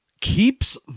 keeps